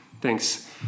Thanks